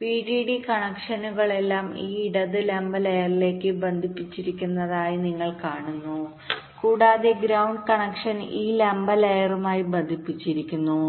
VDD കണക്ഷനുകളെല്ലാം ഈ ഇടത് ലംബ ലെയറിലേക്ക് ബന്ധിപ്പിച്ചിരിക്കുന്നതായി നിങ്ങൾ കാണുന്നു കൂടാതെ ഗ്രൌണ്ട് കണക്ഷൻ ഈ ലംബ ലെയറുമായി ബന്ധിപ്പിച്ചിരിക്കുന്നു